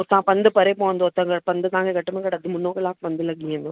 हुतां पंधु परे पवंदो त अगरि पंधु तव्हांखे घटि में घटि अधु मुनो कलाकु पंध लॻी वेंदो